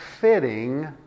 fitting